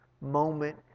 moment